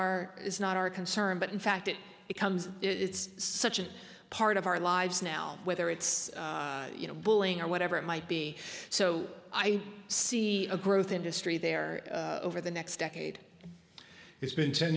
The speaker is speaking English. it's not our concern but in fact it becomes it's such a part of our lives now whether it's you know bulling or whatever it might be so i see a growth industry there over the next decade it's been ten